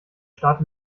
starrt